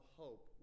hope